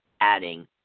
adding